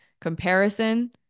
Comparison